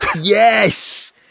yes